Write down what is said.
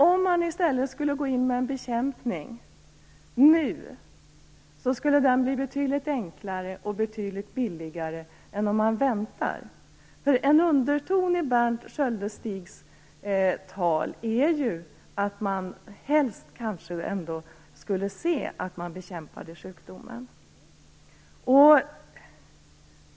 Om man i stället skulle gå in med en bekämpning nu, skulle den bli betydligt enklare och betydligt billigare än om man väntar. En underton i Berndt Sköldestigs tal är att man helst ändå skulle se att sjukdomen bekämpades.